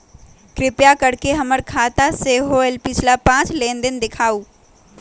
कृपा कर के हमर खाता से होयल पिछला पांच लेनदेन दिखाउ